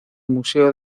museo